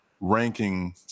ranking